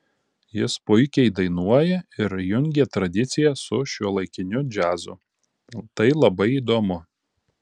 jis puikiai dainuoja ir jungia tradiciją su šiuolaikiniu džiazu tai labai įdomu